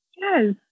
Yes